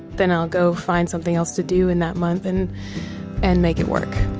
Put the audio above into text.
then i'll go find something else to do in that month and and make it work.